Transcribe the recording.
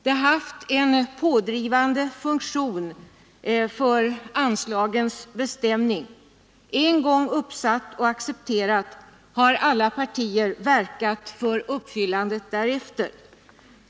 Det har haft en pådrivande funktion för anslagens bestämning. Sedan enprocentsmålet en gång uppställts och accepterats har alla partier verkat för uppfyllandet.